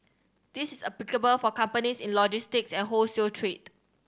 this is applicable for companies in logistics and wholesale trade